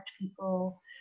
people